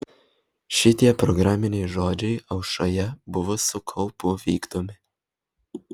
šitie programiniai žodžiai aušroje buvo su kaupu vykdomi